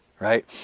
right